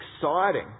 exciting